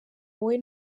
wowe